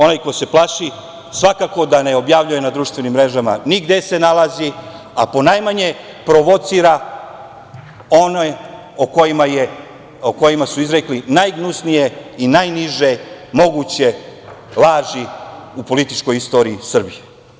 Onaj ko se plaši svakako da ne objavljuje na društvenim mrežama ni gde se nalazi, a ponajmanje provocira one o kojima su izrekli najgnusnije i najniže moguće laži u političkoj istoriji Srbije.